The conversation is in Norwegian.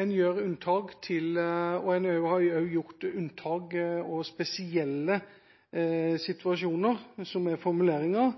En gjør unntak og har også gjort unntak ved spesielle situasjoner, som er formuleringa,